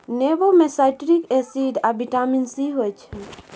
नेबो मे citric acid आ बिटामिन सी होइ छै